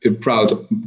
proud